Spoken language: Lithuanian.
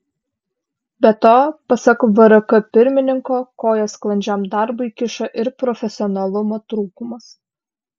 be to pasak vrk pirmininko koją sklandžiam darbui kiša ir profesionalumo trūkumas